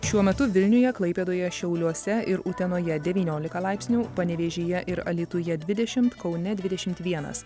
šiuo metu vilniuje klaipėdoje šiauliuose ir utenoje devyniolika laipsnių panevėžyje ir alytuje dvidešimt kaune dvidešimt vienas